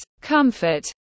comfort